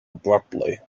abruptly